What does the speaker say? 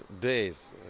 days